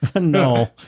No